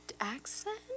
accent